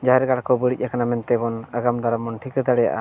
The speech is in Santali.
ᱡᱟᱦᱮᱨᱜᱟᱲ ᱠᱚ ᱵᱟᱲᱹᱤᱡ ᱟᱠᱟᱱᱟ ᱢᱮᱱᱛᱮᱵᱚᱱ ᱟᱜᱟᱢ ᱫᱟᱨᱟᱢᱵᱚᱱ ᱴᱷᱤᱠᱟᱹ ᱫᱟᱲᱮᱭᱟᱜᱼᱟ